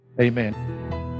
amen